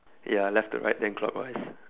ya left to right then clockwise